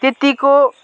त्यतिको